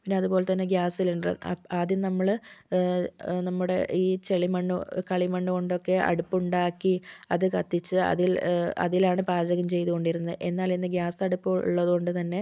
പിന്നേ അതുപോലെ തന്നെ ഗ്യാസ് സിലിണ്ടർ ആദ്യം നമ്മൾ നമ്മുടെ ഈ ചെളിമണ്ണ് കളിമണ്ണ് കൊണ്ടൊക്കെ അടുപ്പുണ്ടാക്കി അത് കത്തിച്ച് അതിൽ അതിലാണ് പാചകം ചെയ്തുകൊണ്ടിരുന്നത് എന്നാൽ ഇന്ന് ഗ്യാസ് അടുപ്പുള്ളതുക്കൊണ്ടു തന്നേ